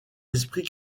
esprits